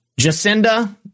jacinda